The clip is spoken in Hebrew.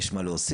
יש מה להוסיף?